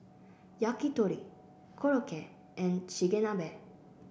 Yakitori Korokke and Chigenabe